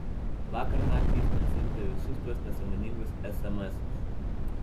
vakar naktį jis man siuntė visus tuos nesąmoningus esemesus